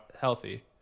healthy